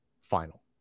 final